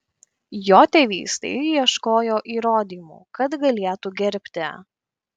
jo tėvystei ieškojo įrodymų kad galėtų gerbti